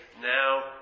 now